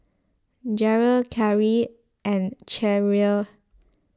Jeryl Karie and Cherrelle